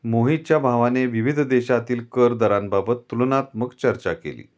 मोहितच्या भावाने विविध देशांतील कर दराबाबत तुलनात्मक चर्चा केली